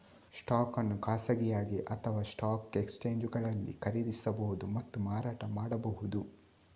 stock ಅನ್ನು ಖಾಸಗಿಯಾಗಿ ಅಥವಾಸ್ಟಾಕ್ ಎಕ್ಸ್ಚೇಂಜುಗಳಲ್ಲಿ ಖರೀದಿಸಬಹುದು ಮತ್ತು ಮಾರಾಟ ಮಾಡಬಹುದು